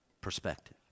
perspective